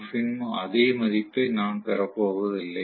F இன் அதே மதிப்பை நான் பெறப்போவதில்லை